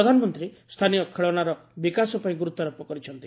ପ୍ରଧାନମନ୍ତ୍ରୀ ସ୍ଥାନୀୟ ଖେଳଶାର ବିକାଶ ପାଇଁ ଗୁରୁତ୍ୱାରୋପ କରିଛନ୍ତି